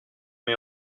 met